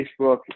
Facebook